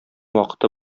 вакыты